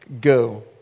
go